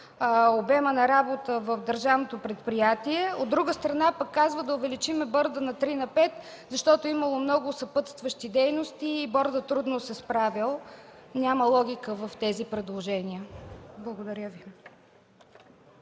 обема на работа в държавното предприятие. От друга страна пък казва да увеличим борда от три на пет, защото имало много съпътстващи дейности бордът трудно се справял. Няма логика в тези предложения. Благодаря.